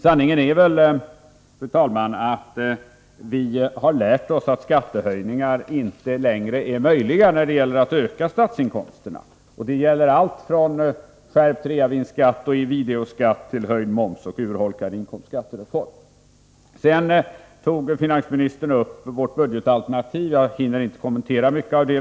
Sanningen är väl, fru talman, att vi har lärt oss att skattehöjningar inte längre är möjliga när det gäller att öka statsinkomsterna. Det gäller allt från skärpt reavinstskatt och videoskatt till höjd moms och urholkad skattereform. Finansministern tog också upp vårt budgetalternativ. Jag hinner inte kommentera mycket av det.